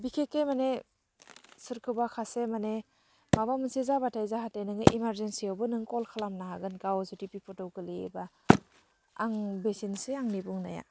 बिखेकखे माने सोरखौबा सासे माने माबा मोनसे जाबाथाय जाहाथे नोङो इमारजेन्सियावबो नों कल खालामनो हागोन गाव जुदि बिफतआव गोलैयोबा आं बेसेनोसै आंनि बुंनाया